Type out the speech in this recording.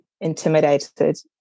intimidated